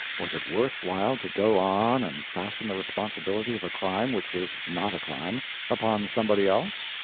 was it worth while to go on and fasten the responsibility of a crime which was not a crime upon somebody else?